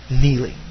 kneeling